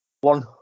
one